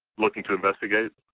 looking to investigate?